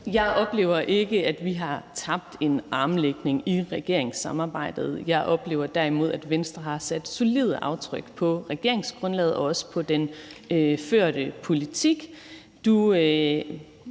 Jeg oplever ikke, at vi har tabt en armlægning i regeringssamarbejdet. Jeg oplever derimod, at Venstre har sat solide aftryk på regeringsgrundlaget og også på den førte politik.